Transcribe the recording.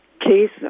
case